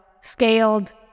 scaled